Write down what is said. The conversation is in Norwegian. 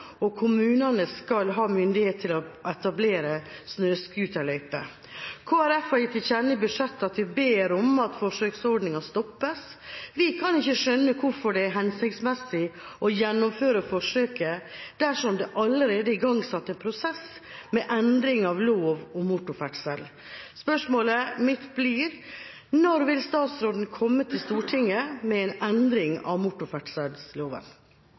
at kommunene skal ha myndighet til å etablere snøscooterløyper. Kristelig Folkeparti har gitt til kjenne i budsjettet at vi ber om at forsøksordningen stoppes. Vi kan ikke skjønne hvorfor det er hensiktsmessig å gjennomføre forsøket dersom det allerede er igangsatt en prosess med endring av lov om motorferdsel. Spørsmålet mitt er: Når vil statsråden komme til Stortinget med en endring av motorferdselloven?